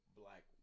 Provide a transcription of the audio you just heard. black